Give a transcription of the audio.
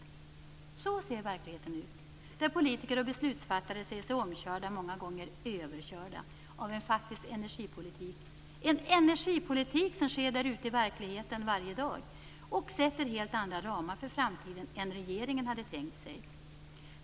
Så ser verkligheten ut. Politiker och beslutsfattare ser sig omkörda, många gånger överkörda av en faktisk energipolitik, en energipolitik som sker där ute i verkligheten varje dag och som sätter helt andra ramar för framtiden än vad regeringen hade tänkt sig.